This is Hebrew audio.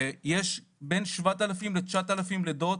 יש בין 7,000 ל-9,000 לידות